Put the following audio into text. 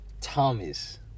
Thomas